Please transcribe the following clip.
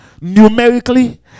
numerically